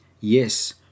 yes